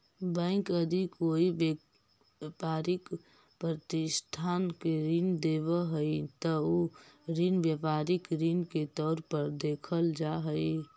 bank यदि कोई व्यापारिक प्रतिष्ठान के ऋण देवऽ हइ त उ ऋण व्यापारिक ऋण के तौर पर देखल जा हइ